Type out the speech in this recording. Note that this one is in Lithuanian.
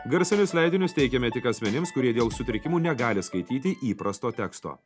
garsinius leidinius teikiame tik asmenims kurie dėl sutrikimų negali skaityti įprasto teksto